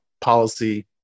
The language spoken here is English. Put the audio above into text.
policy